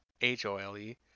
H-O-L-E